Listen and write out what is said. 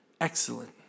excellent